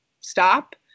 stop